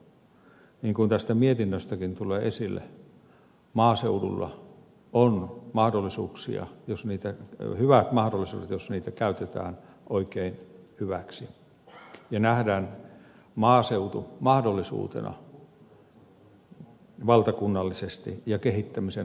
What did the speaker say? niin kuin tästä mietinnöstäkin tulee esille maaseudulla on hyvät mahdollisuudet jos niitä käytetään oikein hyväksi ja nähdään maaseutu mahdollisuutena valtakunnallisesti ja kehittämisen arvoisena asiana